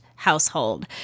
Household